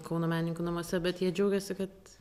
kauno menininkų namuose bet jie džiaugiasi kad